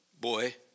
boy